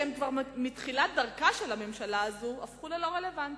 כי כבר בתחילת דרכה של הממשלה הזאת הם הפכו ללא רלוונטיים.